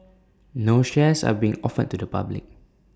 no shares are being offered to the public